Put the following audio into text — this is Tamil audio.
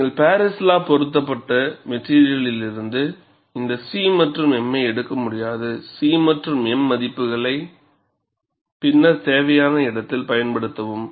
நீங்கள் பாரிஸ் லா பொருத்தப்பட்ட மெட்டிரியலில்லிருந்து இந்த C மற்றும் m ஐ எடுக்க முடியாது C மற்றும் m மதிப்புகளை பின்னர் தேவையான இடத்தில் பயன்படுத்தவும்